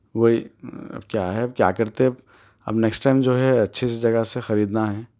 وہی کیا ہے اب کیا کرتے اب اب نیکسٹ ٹائم جو ہے اچھی سی جگہ سے خریدنا ہے